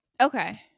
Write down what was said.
Okay